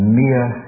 mere